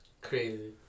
Crazy